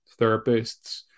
therapists